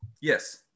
Yes